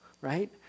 right